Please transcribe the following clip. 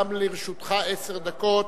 גם לרשותך עשר דקות.